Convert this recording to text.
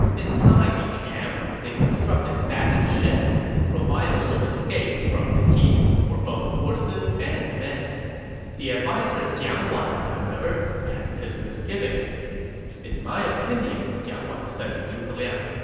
inside each camp, they constructed thatched sheds to provide a little escape from the heat for both horses and men the adviser jiang wan, however, had misgivings in my opinion, jiang wan said to zhuge liang,